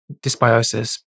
dysbiosis